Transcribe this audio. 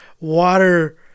water